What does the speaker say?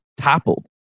toppled